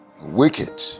wicked